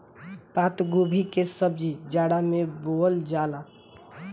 पातगोभी के सब्जी जाड़ा में बोअल जाला